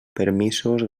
permisos